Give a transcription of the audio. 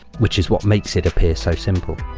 which is what makes it appear so simple.